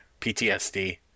PTSD